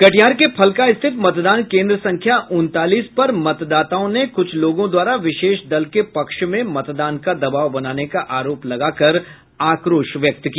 कटिहार के फलका स्थित मतदान केन्द्र संख्या उनतालीस पर मतदाताओं ने क्छ लोगों द्वारा विशेष दल के पक्ष में मतदान का दबाव बनाने का आरोप लगाकर आक्रोश व्यक्त किया